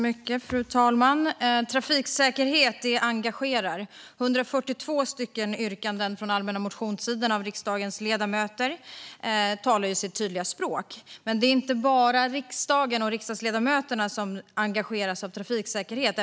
Fru talman! Trafiksäkerhet engagerar. 142 yrkanden från allmänna motionstiden från riksdagens ledamöter talar sitt tydliga språk. Men det är inte bara riksdagen och riksdagsledamöterna som är engagerade i trafiksäkerhet.